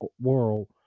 world